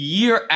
year